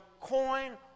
coin